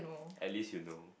at least you know